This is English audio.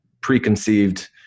preconceived